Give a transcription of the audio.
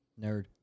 Nerd